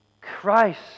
Christ